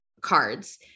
cards